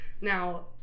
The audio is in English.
Now